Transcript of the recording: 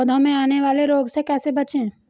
पौधों में आने वाले रोग से कैसे बचें?